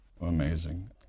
Amazing